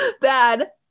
Bad